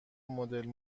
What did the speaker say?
مدل